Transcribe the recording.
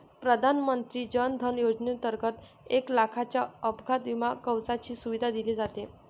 प्रधानमंत्री जन धन योजनेंतर्गत एक लाखाच्या अपघात विमा कवचाची सुविधा दिली जाते